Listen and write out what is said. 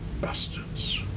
bastards